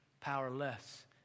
powerless